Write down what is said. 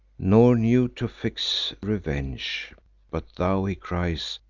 nor knew to fix revenge but thou, he cries,